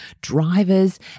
drivers